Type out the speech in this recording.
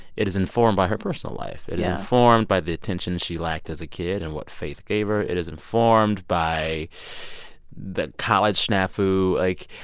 it is informed by her personal life. it is informed by the attention she lacked as a kid and what faith gave her. it is informed by the college snafu. like,